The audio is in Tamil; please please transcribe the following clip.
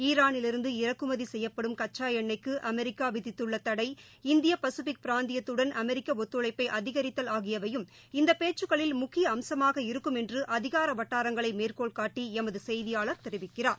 ஈரானிலிருந்து இறக்குமதி செய்யப்படும் கச்சா எண்ணொய்க்கு அமெரிக்கா விதித்துள்ள தடை இந்திய பசுபிக் பிராந்தியத்துடன் அமெரிக்க ஒத்துழைப்பை அதிகித்தல் ஆகியவையும் இந்த பேச்சுகளில் முக்கிய அம்சமாக இருக்குமென்று அதிகார வட்டாரங்களை மேற்கோள் காட்டி எமது செய்தியாளர் தெரிவிக்கிறார்